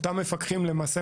המפקחים האלה,